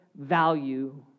value